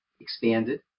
expanded